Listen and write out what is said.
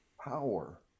power